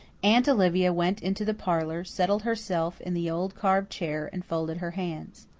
aunt olivia went into the parlour, settled herself in the old carved chair, and folded her hands.